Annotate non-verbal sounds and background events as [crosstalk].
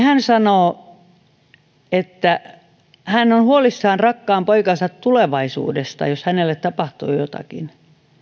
[unintelligible] hän sanoi että hän on huolissaan rakkaan poikansa tulevaisuudesta jos hänelle tapahtuu jotakin